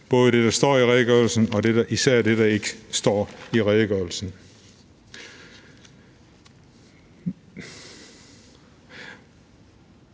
både det, der står i redegørelsen, og især det, der ikke står i redegørelsen.